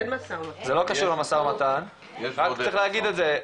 צריך להגיד את זה.